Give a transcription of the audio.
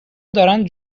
دارند